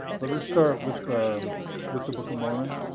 but let's start with the with the book of mormon.